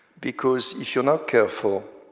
because if you're not careful,